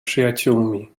przyjaciółmi